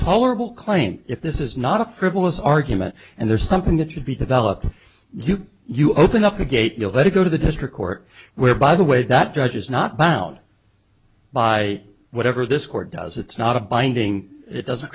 colorable claim if this is not a frivolous argument and there's something that should be developed you open up the gate we'll let it go to the district court where by the way that judge is not bound by whatever this court does it's not a binding it doesn't